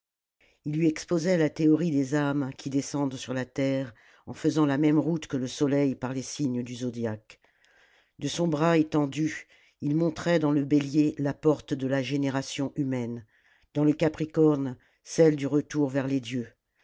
il lui exposait la théorie des âmes qui descendent sur la terre en suivant la même route que le soleil par les signes du zodiaque de son bras étendu il montrait dans le bélier la porte de la génération humaine dans le capricorne celle du retour vers les dieux